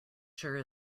sure